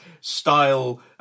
style